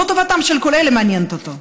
לא טובתם של כל אלה מעניינת אותו.